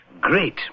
great